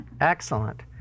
Excellent